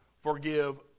forgive